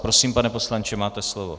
Prosím, pane poslanče, máte slovo.